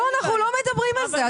לא, אנחנו לא מדברים על זה.